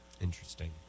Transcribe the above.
Interesting